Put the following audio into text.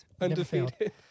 Undefeated